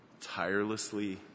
tirelessly